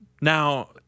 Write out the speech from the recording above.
Now